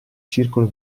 circolo